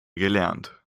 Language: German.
gelernt